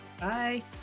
Bye